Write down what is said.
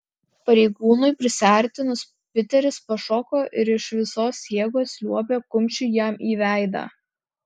pareigūnui prisiartinus piteris pašoko ir iš visos jėgos liuobė kumščiu jam į veidą